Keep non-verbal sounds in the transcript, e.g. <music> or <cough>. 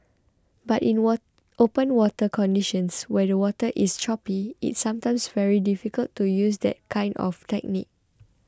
but in <hesitation> open water conditions where the water is choppy it's sometimes very difficult to use that kind of technique